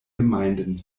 gemeinden